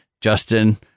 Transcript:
Justin